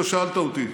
אתה שאלת אותי,